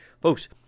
Folks